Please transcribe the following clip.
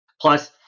plus